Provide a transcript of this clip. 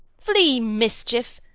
flee, mischief!